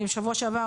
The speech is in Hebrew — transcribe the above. בשבוע שעבר,